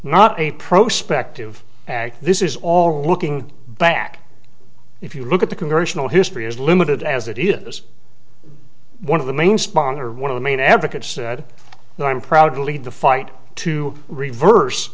not a pro specter of this is all rocking back if you look at the congressional history is limited as it is one of the main sponsor one of the main advocates said and i'm proud to lead the fight to reverse